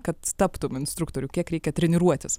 kad taptum instruktoriu kiek reikia treniruotis